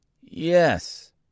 Yes